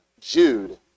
Jude